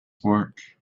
work